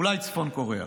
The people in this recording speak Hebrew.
אולי צפון קוריאה.